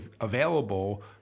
available